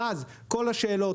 ואז כל השאלות,